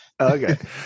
Okay